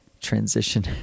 transition